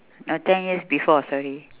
no ten years before sorry